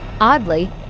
Oddly